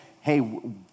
hey